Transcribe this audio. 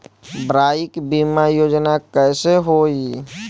Bike बीमा योजना कैसे होई?